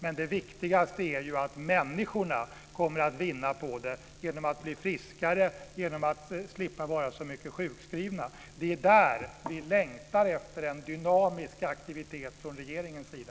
Men det viktigaste är att människorna kommer att vinna på det genom att bli friskare och genom att slippa vara så mycket sjukskrivna. Det är där som vi längtar efter en dynamisk aktivitet från regeringens sida.